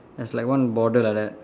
there's like one border like that